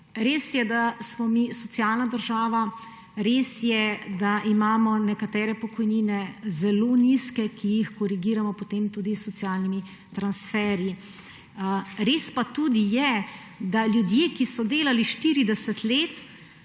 Res je, da smo mi socialna država. Res je, da imamo nekatere pokojnine zelo nizke, ki jih korigiramo potem tudi s socialnimi transferji. Prav pa tudi je, da ljudje, ki so delali 40 let,